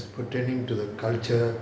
pertaining to the culture